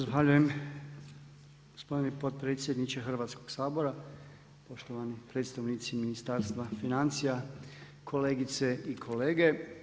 Zahvaljujem gospodine potpredsjedniče Hrvatskoga sabora, poštovani predstavnici Ministarstva financija, kolegice i kolege.